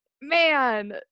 man